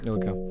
Okay